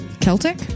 Celtic